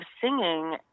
singing